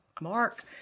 Mark